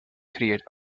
create